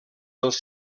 els